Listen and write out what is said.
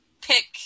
pick